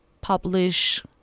publish